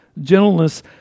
gentleness